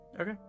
okay